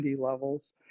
levels